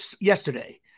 yesterday